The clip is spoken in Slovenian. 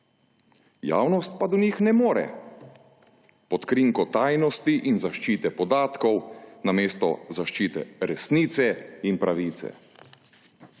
Javnost pa do njih ne more pod krinko tajnosti in zaščite podatkov, namesto zaščite resnice in pravice.